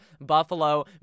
Buffalo